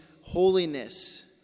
holiness